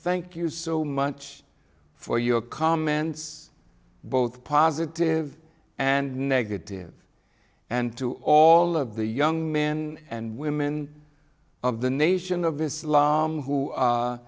thank you so much for your comments both positive and negative and to all of the young men and women of the nation of islam who